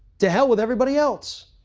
to hell with everybody else.